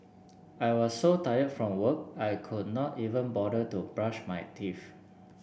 I was so tired from work I could not even bother to brush my teeth